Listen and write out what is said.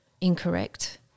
incorrect